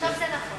עכשיו זה נכון.